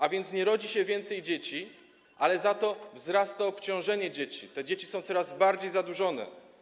A więc nie rodzi się więcej dzieci, ale za to wzrasta obciążenie dzieci, bo dzieci są coraz bardziej zadłużone.